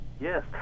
yes